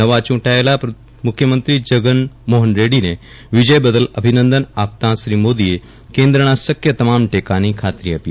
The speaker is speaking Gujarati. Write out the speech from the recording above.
નવા ચુંટાયેલા મુખ્યમંત્રી જગન મોહન રેડૃને વિજય બદલ અભિનંદન આપતા શ્રી મોદીએ કેન્દ્રના શકય તમામ ટેકાની ખાતરી આપી